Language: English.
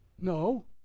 No